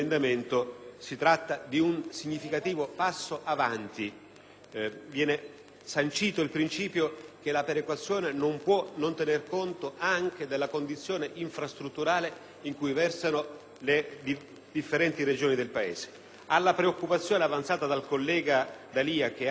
viene sancito il principio che la perequazione non può non tener conto anche della condizione infrastrutturale in cui versano le differenti Regioni del Paese. Alla preoccupazione avanzata dal collega D'Alia, che ha formulato l'emendamento soppressivo, vorrei timidamente